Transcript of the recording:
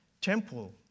temple